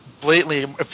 blatantly